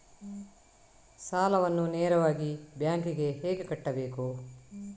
ಸಾಲವನ್ನು ನೇರವಾಗಿ ಬ್ಯಾಂಕ್ ಗೆ ಹೇಗೆ ಕಟ್ಟಬೇಕು?